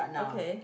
okay